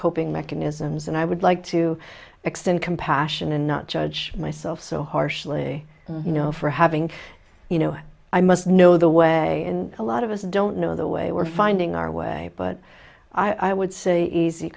coping mechanisms and i would like to extend compassion and not judge myself so harshly you know for having you know i must know the way a lot of us don't know the way we're finding our way but i would say easy